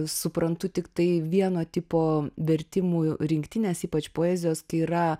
suprantu tik tai vieno tipo vertimų rinktines ypač poezijos kai yra